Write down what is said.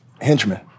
Henchman